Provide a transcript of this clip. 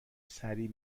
سریع